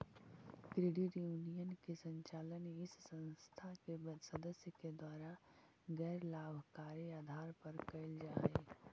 credit union के संचालन इस संस्था के सदस्य के द्वारा गैर लाभकारी आधार पर कैल जा हइ